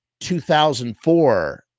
2004